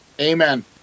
Amen